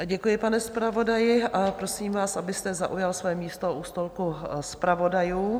Děkuji, pane zpravodaji, a prosím vás, abyste zaujal své místo u stolku zpravodajů.